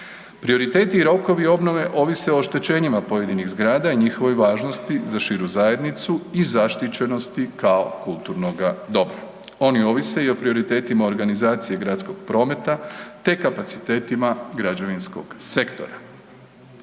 Prioriteti i rokovi obnove ovise o oštećenjima pojedinih zgrada i njihove važnosti za širu zajednicu i zaštićenosti kao kulturnoga dobra. Oni ovise i o prioritetima organizacije gradskog prometa te kapacitetima građevinskog sektora.